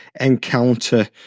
encounter